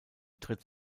tritt